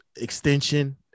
extension